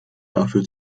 dafür